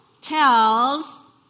tells